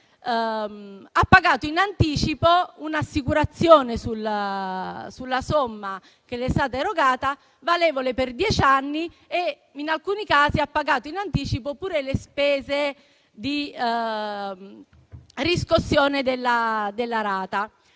ha pagato in anticipo un'assicurazione sulla somma che le è stata erogata valevole per dieci anni e in alcuni casi ha pagato in anticipo pure le spese di riscossione della rata.